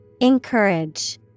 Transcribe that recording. Encourage